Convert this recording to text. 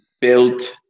built